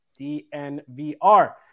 DNVR